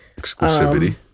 Exclusivity